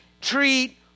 treat